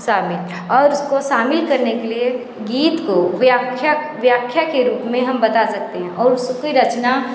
शामिल और उसको शामिल करने के लिए गीत को व्याख्या व्याख्या के रूप में हम बता सकते हैं और उसकी रचना